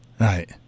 Right